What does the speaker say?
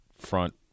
front